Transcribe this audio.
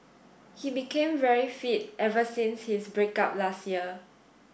he became very fit ever since his break up last year